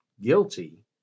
guilty